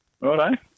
Right